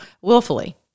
willfully